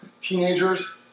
teenagers